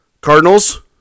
Cardinals